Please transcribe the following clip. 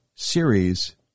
series